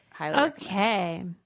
okay